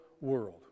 world